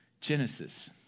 Genesis